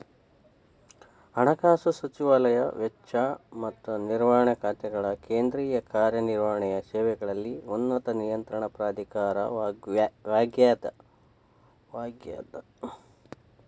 ಹಣಕಾಸು ಸಚಿವಾಲಯ ವೆಚ್ಚ ಮತ್ತ ನಿರ್ವಹಣಾ ಖಾತೆಗಳ ಕೇಂದ್ರೇಯ ಕಾರ್ಯ ನಿರ್ವಹಣೆಯ ಸೇವೆಗಳಲ್ಲಿ ಉನ್ನತ ನಿಯಂತ್ರಣ ಪ್ರಾಧಿಕಾರವಾಗ್ಯದ